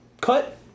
cut